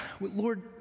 Lord